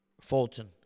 Fulton